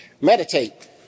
Meditate